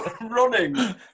running